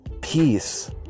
peace